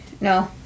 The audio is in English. no